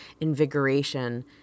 invigoration